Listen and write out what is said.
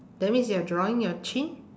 that means you are drawing your chin